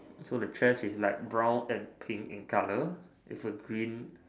so the trash is like brown and pink in colour with a green